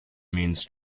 means